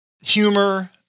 humor